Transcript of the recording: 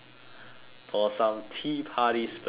for some tea party spaghetti